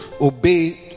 obey